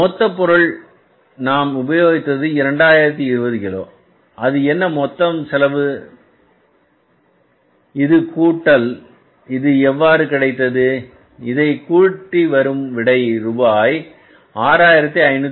மொத்த பொருள் நாம் உபயோகித்தது 2020 கிலோ அது என்ன மொத்தம் செலவு இது கூட்டல் இது இது எவ்வாறு கிடைத்தது இதை கூடிவரும் விடை ரூபாய் 6513